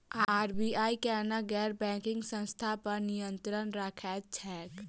RBI केना गैर banking संस्था पर नियत्रंण राखैत छैक?